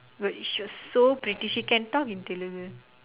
but she was so pretty she can talk in Telugu